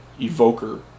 Evoker